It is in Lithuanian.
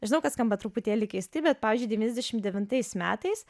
žinau kad skamba truputėlį keisti bet pavyzdžiui devyniasdešimt devintais metais